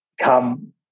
come